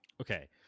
Okay